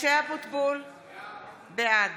(קוראת בשמות חברי הכנסת) משה אבוטבול, בעד